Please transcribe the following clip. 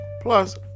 Plus